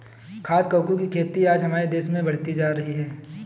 खाद्य कवकों की खेती आज हमारे देश में बढ़ती जा रही है